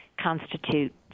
constitute